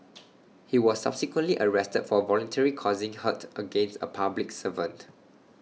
he was subsequently arrested for voluntarily causing hurt against A public servant